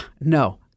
no